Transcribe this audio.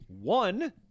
one